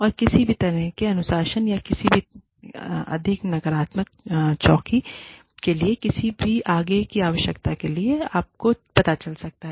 और किसी भी तरह के अनुशासन या किसी भी अधिक नकारात्मक चौकी के लिए किसी भी आगे की आवश्यकता के लिए आपको पता चल सकता है